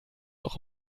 noch